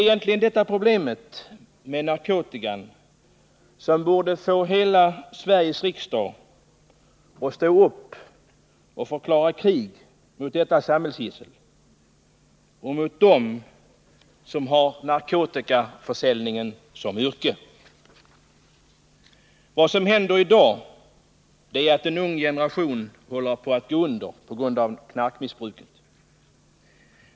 Egentligen borde problemet med narkotikan få hela Sveriges riksdag att stå upp och förklara krig mot detta samhällsgissel och mot dem som har narkotikaförsäljning som yrke. Vad som händer i dag är att en ung generation håller på att gå under på grund av knarkmissbruk.